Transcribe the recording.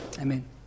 Amen